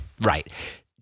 Right